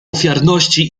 ofiarności